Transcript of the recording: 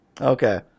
Okay